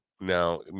Now